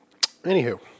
Anywho